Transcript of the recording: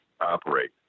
operate